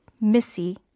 Missy